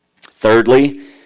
Thirdly